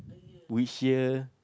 which year